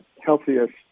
healthiest